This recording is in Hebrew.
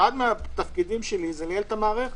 אחד מתפקידיי לייעל את המערכת.